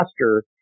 faster